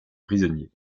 prisonniers